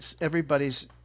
everybody's –